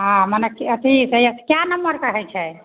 हाँ मने कि अथी से कए नम्मर कऽ हइ छै